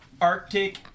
Arctic